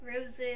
roses